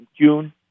June